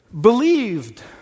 believed